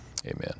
Amen